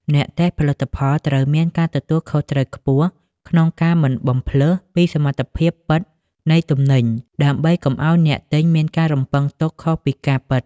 អ្នកតេស្តផលិតផលត្រូវមានការទទួលខុសត្រូវខ្ពស់ក្នុងការមិនបំផ្លើសពីសមត្ថភាពពិតនៃទំនិញ ដើម្បីកុំឱ្យអ្នកទិញមានការរំពឹងទុកខុសពីការពិត។